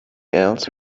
else